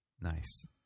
Nice